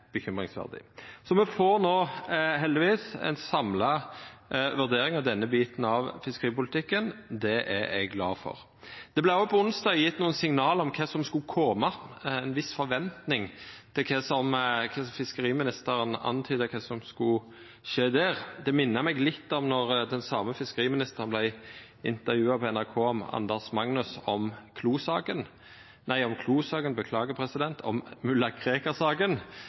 bekymringsfullt. Så me får no, heldigvis, ei samla vurdering av denne delen av fiskeripolitikken. Det er eg glad for. Det vart òg på onsdag gjeve nokre signal om kva som skulle koma, ei viss forventning, der fiskeriministeren antyda kva som skulle skje. Det minner meg litt om då den same fiskeriministeren vart intervjua av NRKs Anders Magnus om mulla